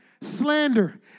slander